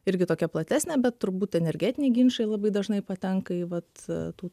irgi tokia platesnė bet turbūt energetiniai ginčai labai dažnai patenka į vat tų